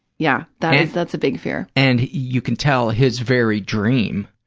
yeah, that is, that's a big fear. and you can tell his very dream